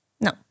No